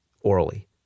orally